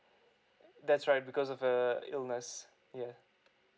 that's right because of err illness yeah